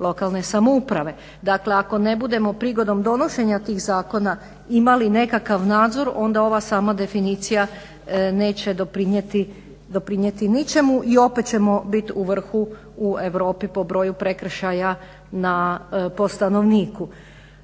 lokalne samouprave. Dakle, ako ne budemo prigodom donošenja tih zakona imali nekakav nadzor onda ova sama definicija neće doprinijeti ničemu i opet ćemo biti u vrhu u Europi po broju prekršaja po stanovniku.